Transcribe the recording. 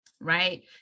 Right